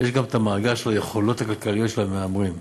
יש גם מאגר של היכולות הכלכליות של המהמרים.